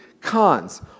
Cons